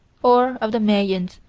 or of the mayans,